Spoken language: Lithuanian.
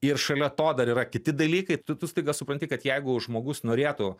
ir šalia to dar yra kiti dalykai tu tu staiga supranti kad jeigu žmogus norėtų